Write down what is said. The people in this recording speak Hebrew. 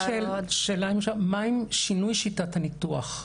יש לי רק שאלה לד"ר גרוס.